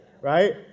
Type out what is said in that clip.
right